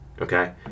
okay